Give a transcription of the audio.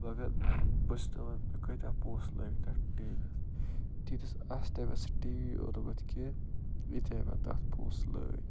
مگر بہٕ چھُس دپان مےٚ کۭتیٛاہ پونٛسہٕ لٲگۍ تَتھ ٹی وی یَس تیٖتِس آسہِ نہ مےٚ سُہ ٹی وی اوٚنمُت کیٚنہہ ییٖتیاہ مےٚ تَتھ پونٛسہٕ لٲگۍ